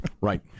Right